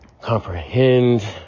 comprehend